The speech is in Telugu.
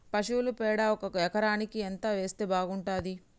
పశువుల పేడ ఒక ఎకరానికి ఎంత వేస్తే బాగుంటది?